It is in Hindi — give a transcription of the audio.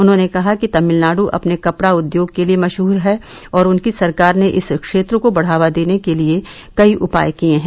उन्होंने कहा कि तमिलनाड् अपने कपड़ा उद्योग के लिए मशह्र है और उनकी सरकार ने इस क्षेत्र को बढ़ावा देने के लिए कई उपाय किये हैं